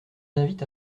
invite